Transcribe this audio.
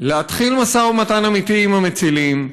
להתחיל משא-ומתן אמיתי עם המצילים,